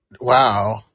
Wow